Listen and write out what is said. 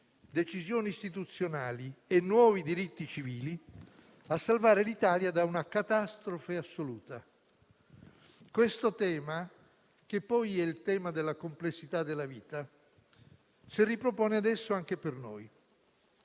decisioni istituzionali e nuovi diritti civili a salvare l'Italia da una catastrofe assoluta. Questo tema, che poi è il tema della complessità della vita, si ripropone adesso anche per noi.